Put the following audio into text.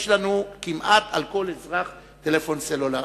יש לנו כמעט על כל אזרח טלפון סלולרי.